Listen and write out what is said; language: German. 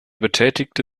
betätigte